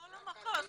בכל המחוז.